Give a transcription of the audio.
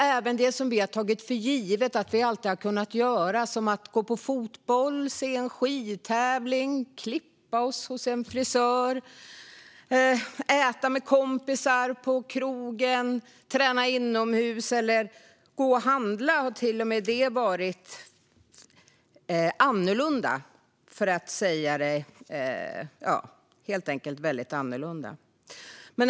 Även det vi har tagit för givet att vi alltid ska kunna göra - gå på fotboll, se en skidtävling, klippa oss hos en frisör, äta med kompisar på krogen, träna inomhus eller till och med helt enkelt gå och handla - har sett annorlunda ut.